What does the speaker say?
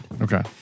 Okay